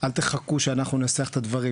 תחכו שאנחנו ננסח את הדברים,